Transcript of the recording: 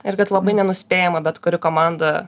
ir kad labai nenuspėjama bet kuri komanda